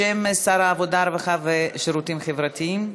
בשם שר העבודה, הרווחה והשירותים החברתיים.